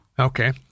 Okay